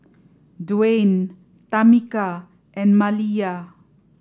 Dwain Tamika and Maliyah